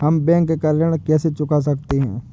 हम बैंक का ऋण कैसे चुका सकते हैं?